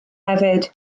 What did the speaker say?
hefyd